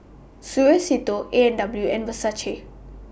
Suavecito A and W and Versace